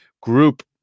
group